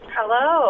Hello